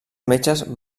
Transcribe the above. metges